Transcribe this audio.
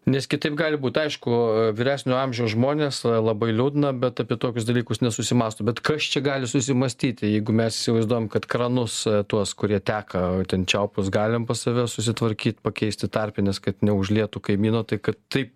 nes kitaip gali būt aišku vyresnio amžiaus žmonės labai liūdna bet apie tokius dalykus nesusimąsto bet kas čia gali susimąstyti jeigu mes įsivaizduojam kad kranus tuos kurie teka ten čiaupus galim pas save susitvarkyt pakeisti tarpines kad neužlietų kaimyno tai kad taip